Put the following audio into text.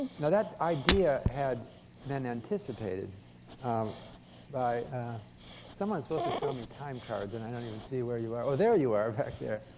you know that idea had been anticipated by someone was supposed to show me time cards, and i don't even see where you are. oh, there you are, back there.